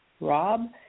Rob